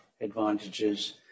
advantages